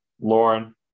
lauren